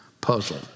Puzzle